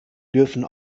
dürfen